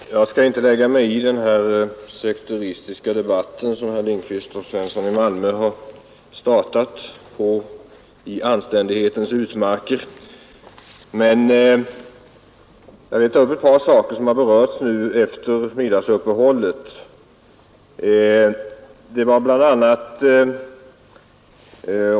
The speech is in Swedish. Fru talman! Jag skall inte lägga mig i den här sekteristiska debatten som herrar Lindkvist och Svensson i Malmö har startat i anständighetens utmarker, men jag vill ta upp ett par saker som har berörts nu efter middagsuppehållet.